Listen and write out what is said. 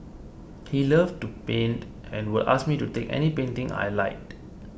he loved to paint and would ask me to take any painting I liked